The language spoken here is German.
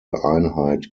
einheit